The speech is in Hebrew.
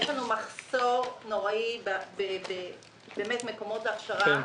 יש לנו מחסור נוראי במקומות להכשרה,